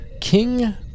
King